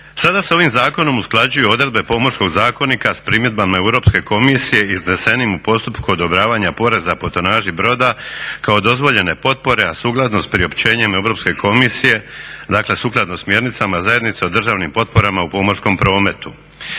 Sada se ovim zakonom usklađuju odredbe Pomorskog zakonika s primjedbama Europske komisije iznesenim u postupku odobravanja poreza po tonaži broda kao dozvoljene potpore, a sukladno s priopćenjem Europske komisije, dakle sukladno smjernicama zajednice o državnim potporama u pomorskom prometu.